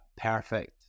perfect